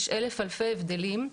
יש אלף אלפי הבדלים.